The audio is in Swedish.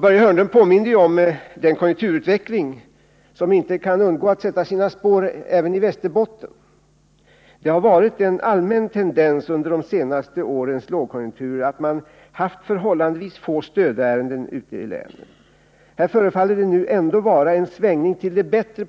Börje Hörnlund påminde om den konjunkturutveckling som inte kan undgå att sätta sina spår även i Västerbotten. Det har varit en allmän tendens under de senaste årens lågkonjunktur att man haft förhållandevis få stödärenden ute i länen. Här förefaller det nu ändå vara på gång en svängning till det bättre.